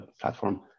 platform